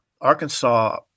Arkansas